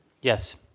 Yes